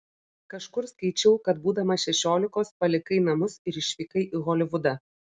kažkur skaičiau kad būdamas šešiolikos palikai namus ir išvykai į holivudą